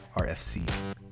RFC